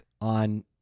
on